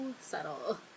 subtle